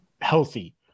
healthy